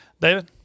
David